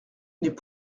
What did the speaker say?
n’est